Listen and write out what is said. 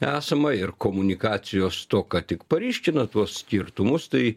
esama ir komunikacijos stoka tik paryškina tuos skirtumus tai